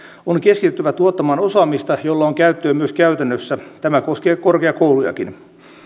on keskityttävä tuottamaan osaamista jolla on käyttöä myös käytännössä tämä koskee korkeakoulujakin